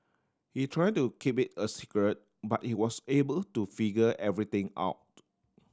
hey try to keep it a secret but he was able to figure everything out